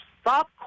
stop